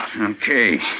Okay